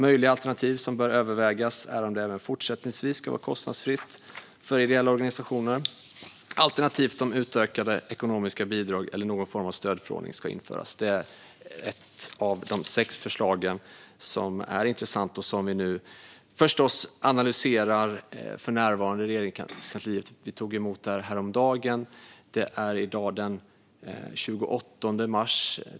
Möjliga alternativ som bör övervägas är om det även fortsättningsvis ska vara kostnadsfritt för ideella organisationer, alternativt om utökade ekonomiska bidrag eller någon form av stödförordning ska införas." Det är ett av de sex förslagen som är intressanta och som vi nu analyserar i Regeringskansliet. Vi tog emot det häromdagen. Det är i dag den 28 mars.